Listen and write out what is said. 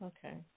Okay